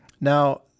Now